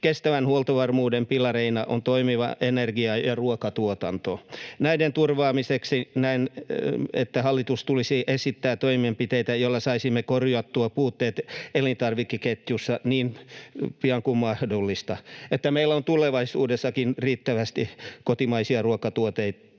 Kestävän huoltovarmuuden pilareina ovat toimivat energia‑ ja ruokatuotanto. Näiden turvaamiseksi näen, että hallituksen tulisi esittää toimenpiteitä, joilla saisimme korjattua puutteet elintarvikeketjussa niin pian kuin mahdollista, niin että meillä on tulevaisuudessakin riittävästi kotimaisia ruokatuotteita